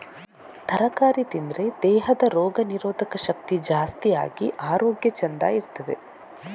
ತರಕಾರಿ ತಿಂದ್ರೆ ದೇಹದ ರೋಗ ನಿರೋಧಕ ಶಕ್ತಿ ಜಾಸ್ತಿ ಆಗಿ ಆರೋಗ್ಯ ಚಂದ ಇರ್ತದೆ